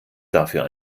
dafür